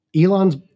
Elon's